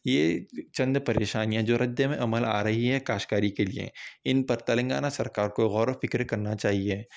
یہ چند پریشانیاں جو رد عمل آ رہی ہیں کاشت کاری کے لیے ان پر تلنگانہ سرکار کو غور و فکر کرنا چاہیے